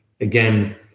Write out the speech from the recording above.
again